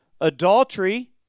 Adultery